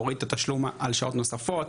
הוריד את התשלום על השעות הנוספות,